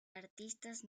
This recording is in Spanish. artistas